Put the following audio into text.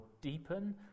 deepen